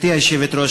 גברתי היושבת-ראש,